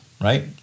right